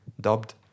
dubbed